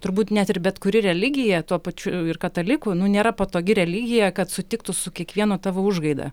turbūt net ir bet kuri religija tuo pačiu ir katalikų nu nėra patogi religija kad sutiktų su kiekviena tavo užgaida